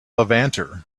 levanter